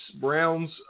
Browns